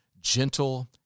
gentle